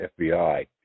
FBI